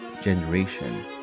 generation